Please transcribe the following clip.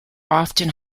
often